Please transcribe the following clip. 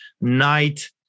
night